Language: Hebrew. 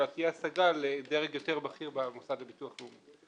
אלא תהיה השגה לדרג יותר בכיר במוסד לביטוח לאומי.